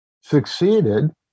succeeded